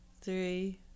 three